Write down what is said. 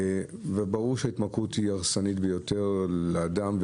ברור שההתמכרות הרסנית ביותר לאדם,